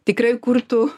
tikrai kurtų